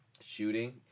Shooting